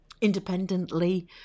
independently